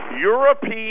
European